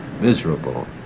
miserable